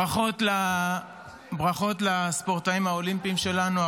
ברכות לספורטאים האולימפיים שלנו.